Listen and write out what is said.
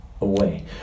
away